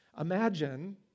Imagine